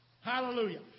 Hallelujah